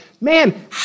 man